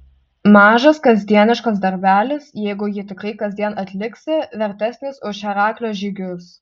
mažas kasdieniškas darbelis jeigu jį tikrai kasdien atliksi vertesnis už heraklio žygius